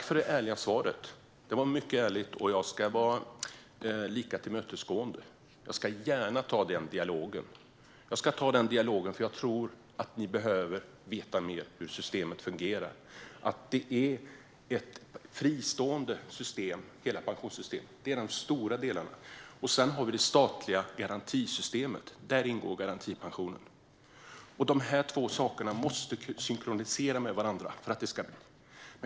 Fru talman! Tack för det mycket ärliga svaret! Jag ska vara lika tillmötesgående och säga att jag gärna ska ta den dialogen, för jag tror att ni behöver veta mer om pensionssystemets delar och hur det statliga garantisystemet, där garantipensionen ingår, fungerar. De olika systemen måste synkroniseras med varandra.